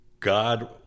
god